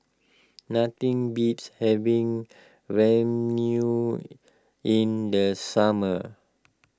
nothing beats having Ramyeon in the summer